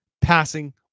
passing